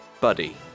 Buddy